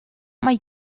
mae